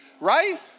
right